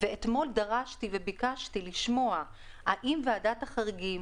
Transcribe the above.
אתמול דרשתי מוועדת החריגים,